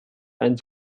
ein